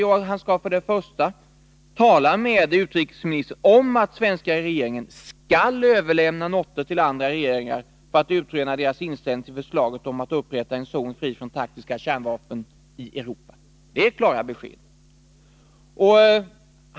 Jo, han skall: ”Tala med utrikesministern om att svenska regeringen skall överlämna noter till andra regeringar för att utröna deras inställning till förslaget om att upprätta en zon fri från taktiska kärnvapen i Europa.” Det är klara besked.